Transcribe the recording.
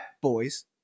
boys